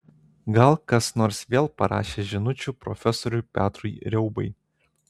gal kas nors vėl parašė žinučių profesoriui petrui riaubai